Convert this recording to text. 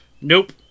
nope